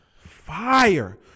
Fire